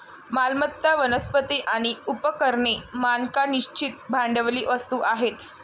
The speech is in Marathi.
मालमत्ता, वनस्पती आणि उपकरणे मानक निश्चित भांडवली वस्तू आहेत